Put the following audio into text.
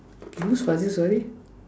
use what is it sorry